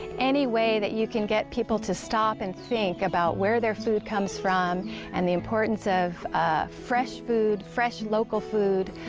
any way that you can get people to stop and think about where their food comes from and the importance of fresh food, fresh local food.